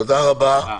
תודה רבה.